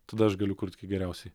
tada aš galiu kurti geriausiai